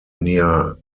near